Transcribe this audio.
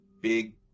big